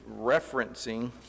referencing